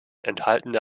enthaltene